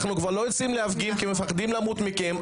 אנחנו כבר לא יוצאים להפגין כי מפחדים למות מכם,